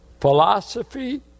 philosophy